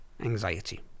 anxiety